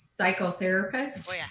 psychotherapist